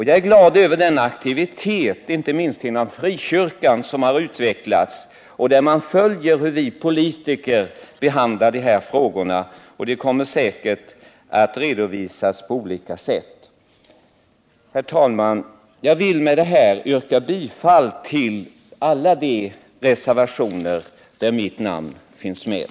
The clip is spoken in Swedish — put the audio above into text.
Jag är glad över den aktivitet, inte minst inom frikyrkan, som har utvecklats och där man följer hur vi politiker behandlar dessa frågor. Det kommer säkert att redovisas på olika sätt. Herr talman! Med det sagda yrkar jag bifall till alla de reservationer där mitt namn finns med.